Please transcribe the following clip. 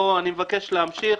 בואו, אני מבקש להמשיך.